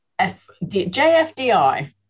JFDI